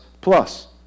plus